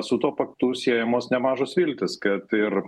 su tuo paktu siejamos nemažos viltys kad ir